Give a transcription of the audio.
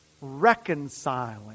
reconciling